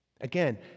Again